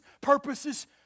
purposes